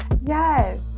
Yes